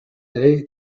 day